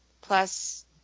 plus